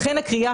ולכן הקריאה